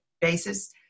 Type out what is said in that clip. basis